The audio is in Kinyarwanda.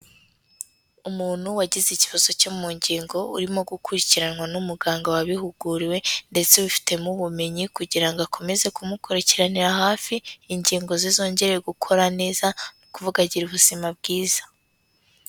Umuntu wagize ikibazo cyo mu ngingo, urimo gukurikiranwa n'umuganga wabihuguriwe ndetse ubifitemo ubumenyi kugira ngo akomeze kumukurikiranira hafi, ingingo ze zongere gukora neza, ni ukuvuga agire ubuzima bwiza